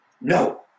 no